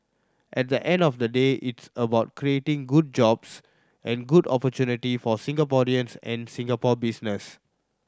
at the end of the day it's about creating good jobs and good opportunity for Singaporeans and Singapore businesses